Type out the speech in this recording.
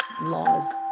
laws